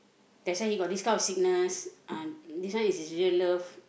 that's why he got this kind of sickness ah this one is his real love